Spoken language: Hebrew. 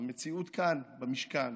המציאות כאן במשכן: